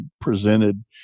presented